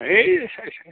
होइ साइ साइ